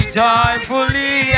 joyfully